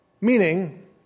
Meaning